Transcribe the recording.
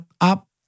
up